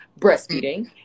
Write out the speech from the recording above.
breastfeeding